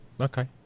Okay